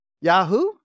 Yahoo